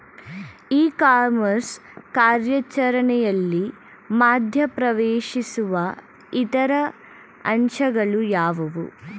E commerce ಕಾರ್ಯಾಚರಣೆಯಲ್ಲಿ ಮಧ್ಯ ಪ್ರವೇಶಿಸುವ ಇತರ ಅಂಶಗಳು ಯಾವುವು?